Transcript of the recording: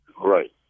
Right